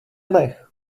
nech